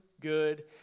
good